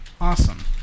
awesome